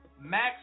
max